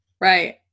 Right